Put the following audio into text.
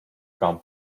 come